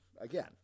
again